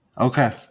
Okay